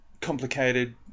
Complicated